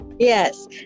Yes